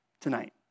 tonight